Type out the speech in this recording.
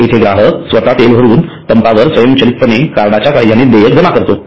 येथे ग्राहक स्वतः तेल भरून पंपावर स्वयंचलितपणे कार्डच्या सहाय्याने देयक जमा करतो